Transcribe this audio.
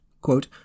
quote